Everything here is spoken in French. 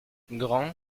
grand